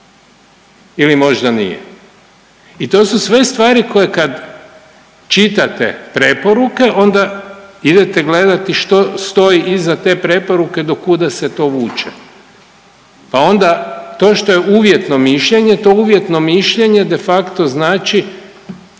ili možda nije. I to su sve stvari koje kad čitate preporuke onda idete gledati što stoji iza te preporuke do kuda se to vuče, pa onda to što je uvjetno mišljenje, to uvjetno mišljenje de facto znači